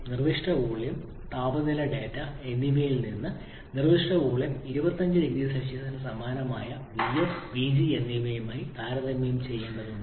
നിർദ്ദിഷ്ട വോളിയം താപനില ഡാറ്റ എന്നിവയിൽ നിന്ന് ഈ നിർദ്ദിഷ്ട വോളിയം 25 0 സിക്ക് സമാനമായ വിഎഫ് വിജി എന്നിവയുമായി താരതമ്യം ചെയ്യേണ്ടതുണ്ട്